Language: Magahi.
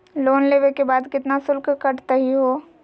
लोन लेवे के बाद केतना शुल्क कटतही हो?